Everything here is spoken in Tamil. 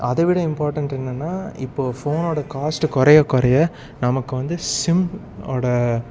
அதை விட இம்பார்ட்டெண்ட் என்னென்னால் இப்போ ஃபோனோடய காஸ்ட்டு குறைய குறைய நமக்கு வந்து சிம்மோடய